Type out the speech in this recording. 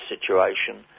situation